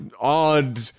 odd